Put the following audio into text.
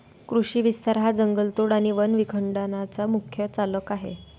कृषी विस्तार हा जंगलतोड आणि वन विखंडनाचा मुख्य चालक आहे